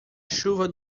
chuva